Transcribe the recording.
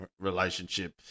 relationship